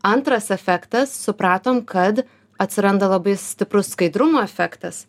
antras efektas supratom kad atsiranda labai stiprus skaidrumo efektas